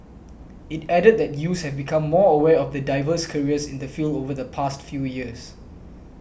it added that youths have become more aware of the diverse careers in the field over the past few years